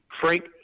Frank